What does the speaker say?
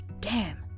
Damn